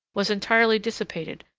was entirely dissipated,